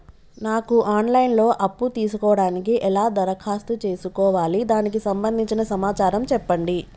నాకు online లో అప్పు తీసుకోవడానికి ఎలా దరఖాస్తు చేసుకోవాలి దానికి సంబంధించిన సమాచారం చెప్పండి?